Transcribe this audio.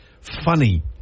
funny